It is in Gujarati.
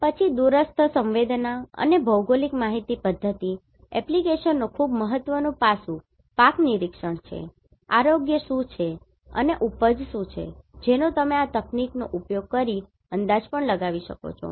પછી Remote sensing દૂરસ્થ સંવેદના અને GIS ભૌગોલિક માહિતી પધ્ધતિ એપ્લિકેશનનો ખૂબ મહત્વનો પાસું પાક નિરીક્ષણ છે આરોગ્ય શું છે તે અને ઉપજ શું છે જેનો તમે આ તકનીકનો ઉપયોગ કરીને અંદાજ પણ લગાવી શકો છો